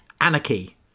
anarchy